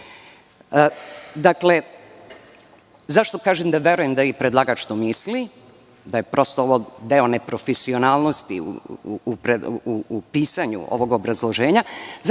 osiguranja.Zašto kažem da verujem da i predlagač to misli, da je prosto ovo deo neprofesionalnosti u pisanju ovog obrazloženja?